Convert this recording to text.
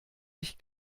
ich